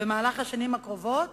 במהלך השנים הקרובות,